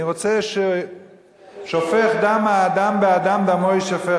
אני רוצה ש"שֹפך דם האדם באדם דמו יִשפך",